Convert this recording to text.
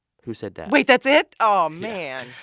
who said that? wait. that's it? um man